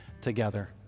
together